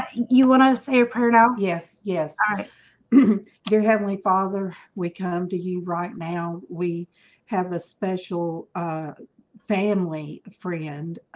ah you and i say a prayer no, yes. yes dear heavenly father we come to you right now. we have a special family friend